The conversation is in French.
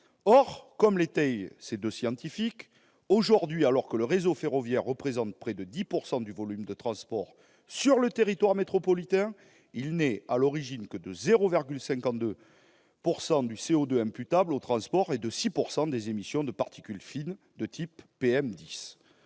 Or, comme l'étayent ces deux scientifiques, alors que le réseau ferroviaire représente aujourd'hui près de 10 % du volume de transport sur le territoire métropolitain, il n'est à l'origine que de 0,52 % du CO2 imputable aux transports et de 6 % des émissions de particules fines de type PM10.